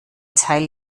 teil